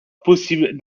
possible